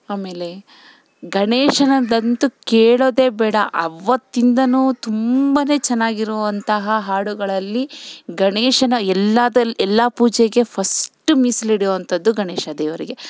ಆಮೇಲೆ ಗಣೇಶನದ್ದಂತು ಕೇಳೊದೇ ಬೇಡ ಅವತ್ತಿಂದಲೂ ತುಂಬನೇ ಚೆನ್ನಾಗಿರುವಂತಹ ಹಾಡುಗಳಲ್ಲಿ ಗಣೇಶನ ಎಲ್ಲದ್ರಲ್ಲಿ ಎಲ್ಲ ಪೂಜೆಗೆ ಫಸ್ಟ್ ಮೀಸ್ಲು ಇಡುವಂಥದ್ದು ಗಣೇಶ ದೇವರಿಗೆ